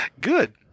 Good